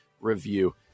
review